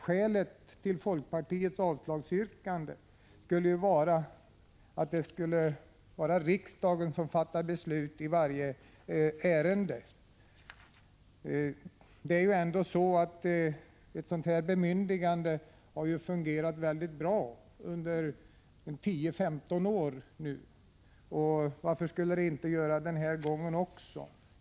Skälet till folkpartiets avslagsyrkande är att folkpartisterna vill att riksdagen skall fatta beslut i varje ärende. Ett sådant här bemyndigande har ju fungerat väldigt bra under 10-15 år. Varför skulle det inte göra det den här gången också?